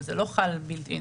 זה לא חל בילט אין.